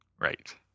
Right